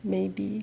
maybe